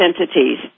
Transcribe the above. entities